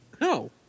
No